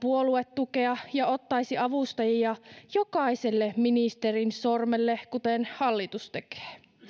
puoluetukea ja ottaisi avustajia jokaiselle ministerin sormelle kuten hallitus tekee